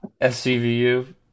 SCVU